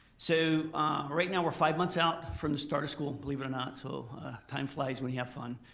so right now we're five months out from the start of school, believe it or not. so time flies when yeah fun.